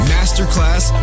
Masterclass